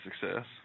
success